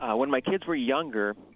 um when my kids were younger,